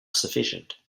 sufficient